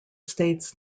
states